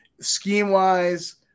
scheme-wise